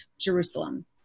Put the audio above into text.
Jerusalem